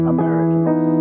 Americans